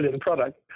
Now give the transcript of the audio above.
product